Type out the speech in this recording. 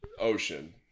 Ocean